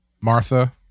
Martha –